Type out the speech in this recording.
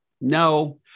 no